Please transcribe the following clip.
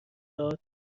داد